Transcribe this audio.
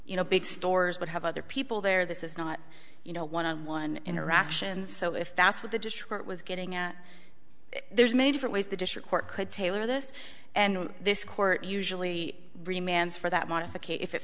you know big stores would have other people there this is not you know one on one interaction so if that's what the district was getting at there's many different ways the district court could tailor this and this court usually remains for that modification